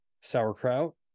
Sauerkraut